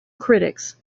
critics